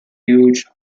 huge